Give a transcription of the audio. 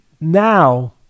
now